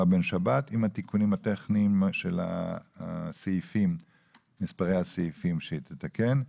בן שבת עם התיקונים הטכניים של מספרי הסעיפים שהיא תתקן.